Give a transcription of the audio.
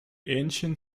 ancient